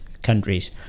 Countries